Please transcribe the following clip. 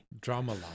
Drama